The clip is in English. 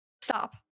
Stop